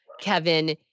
Kevin